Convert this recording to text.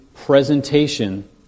presentation